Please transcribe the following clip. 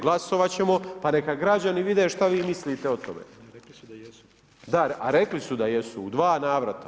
Glasovat ćemo pa neka građani vide što vi mislite o tome. … [[Upadica se ne razumije.]] Da, a rekli su da jesu u dva navrata.